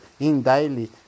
INDAILY